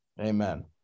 Amen